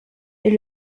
est